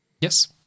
Yes